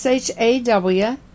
SHAW